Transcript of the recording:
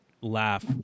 laugh